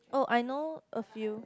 oh I know a few